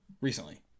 recently